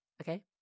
okay